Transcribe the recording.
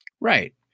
Right